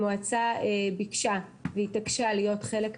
המועצה ביקשה והתעקשה להיות חלק מהמינהלת,